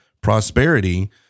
prosperity